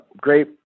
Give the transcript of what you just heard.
great